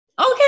okay